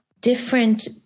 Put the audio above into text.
different